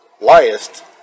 liest